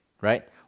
right